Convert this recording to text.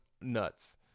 nuts